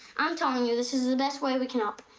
i'm telling you this is the best way we can help.